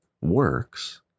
works